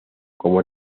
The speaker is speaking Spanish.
como